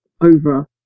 over